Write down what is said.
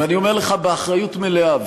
ואני אומר לך באחריות מלאה,